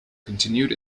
continued